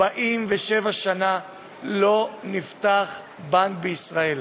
47 שנה לא נפתח בנק בישראל,